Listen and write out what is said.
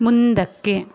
ಮುಂದಕ್ಕೆ